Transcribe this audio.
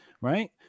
right